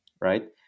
Right